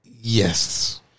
Yes